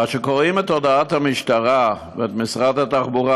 כאשר קוראים את הודעות המשטרה ומשרד התחבורה,